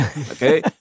Okay